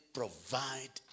provide